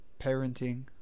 parenting